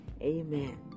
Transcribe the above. Amen